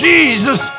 Jesus